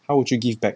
how would you give back